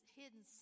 hidden